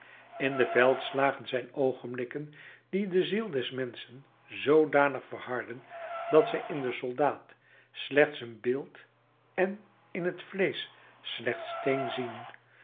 in de veldslagen zijn oogenblikken die de ziel des menschen zoodanig verharden dat zij in den soldaat slechts een beeld en in het vleesch slechts steen ziet